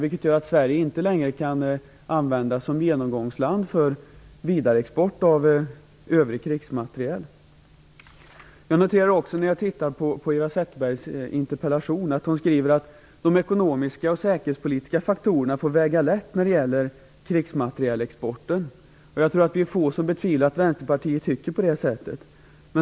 Det innebär att Sverige inte längre kan användas som genomgångsland för vidareexport av övrig krigsmateriel. Jag noterar när jag läser Eva Zetterbergs interpellation att hon skriver att de ekonomiska och säkerhetspolitiska faktorerna får väga lätt när det gäller krigsmaterielexporten. Vi är få som betvivlar att Vänsterpartiet tycker det.